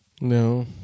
no